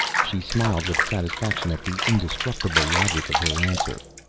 she smiled with satisfaction at the indestructible logic of her answer.